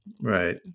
right